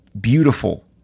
beautiful